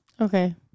Okay